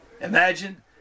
Imagine